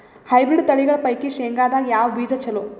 Hybrid ತಳಿಗಳ ಪೈಕಿ ಶೇಂಗದಾಗ ಯಾವ ಬೀಜ ಚಲೋ?